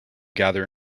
gather